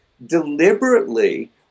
deliberately